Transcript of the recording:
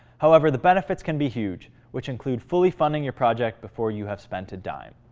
however, the benefits can be huge, which include fully funding your project before you have spent a dime.